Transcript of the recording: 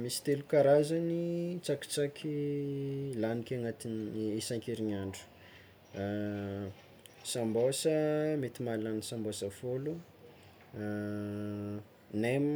Misy telo karazany tsakitsaky laniky agnatin'ny isan-kerigniandro: sambosa mety mahalany sambosa folo, nem